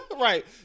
Right